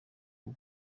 uba